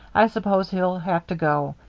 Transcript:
i suppose he'll have to go.